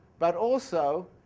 but also,